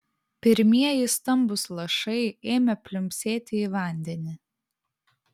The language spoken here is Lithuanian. pirmieji stambūs lašai ėmė pliumpsėti į vandenį